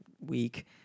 week